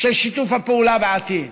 של שיתוף הפעולה בעתיד,